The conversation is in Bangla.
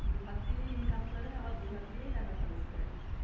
দু হাত দিয়েই ইনকাম করে আবার দু হাত দিয়েই টাকা খরচ করে